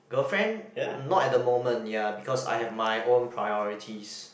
girlfriend not at the moment ya because I have my own priorities